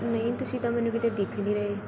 ਨਹੀਂ ਤੁਸੀਂ ਤਾਂ ਮੈਨੂੰ ਕਿਤੇ ਦਿਖ ਨਹੀਂ ਰਹੇ